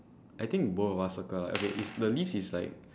I think both of us circle lah okay is the leaves is like